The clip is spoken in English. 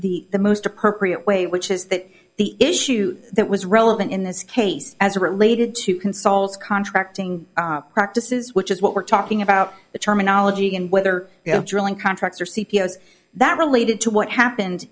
the the most appropriate way which is that the issue that was relevant in this case as it related to consoles contracting practices which is what we're talking about the terminology and whether you have drilling contracts or c p s that related to what happened